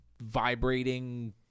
vibrating—